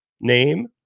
Name